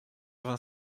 vingt